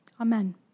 Amen